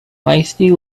feisty